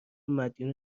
مدیون